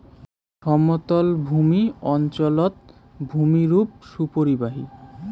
সমতলভূমি অঞ্চলত ভূমিরূপ সুপরিবাহী